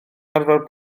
arfer